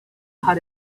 how